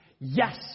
Yes